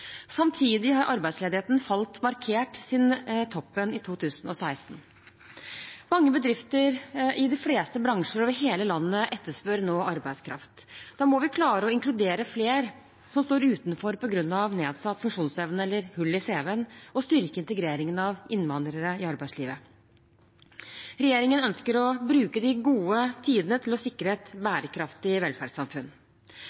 Samtidig har arbeidsledigheten falt markert siden toppen i 2016. Mange bedrifter i de fleste bransjer over hele landet etterspør nå arbeidskraft. Da må vi klare å inkludere flere som står utenfor på grunn av nedsatt funksjonsevne eller hull i cv-en, og styrke integreringen av innvandrere i arbeidslivet. Regjeringen ønsker å bruke de gode tidene til å sikre et